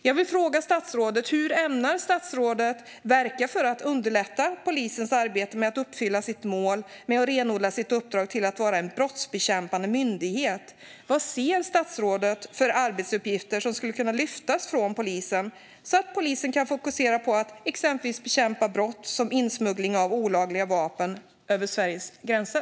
Jag vill fråga statsrådet: Hur ämnar statsrådet verka för att underlätta polisens arbete med att uppfylla sitt mål och renodla sitt uppdrag till att vara en brottsbekämpande myndighet? Vad ser statsrådet för arbetsuppgifter som skulle kunna lyftas från polisen så att polisen kan fokusera på att exempelvis bekämpa brott som insmuggling av olagliga vapen över Sveriges gränser?